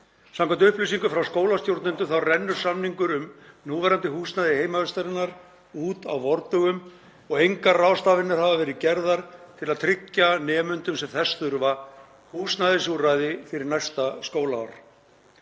Samkvæmt upplýsingum frá skólastjórnendum þá rennur samningur um núverandi húsnæði heimavistarinnar út á vordögum 2024 og engar ráðstafanir hafa verið gerðar til að tryggja nemendum sem þess þurfa húsnæðisúrræði fyrir næsta skólaár.